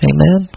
Amen